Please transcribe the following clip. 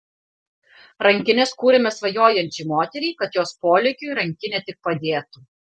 rankines kūrėme svajojančiai moteriai kad jos polėkiui rankinė tik padėtų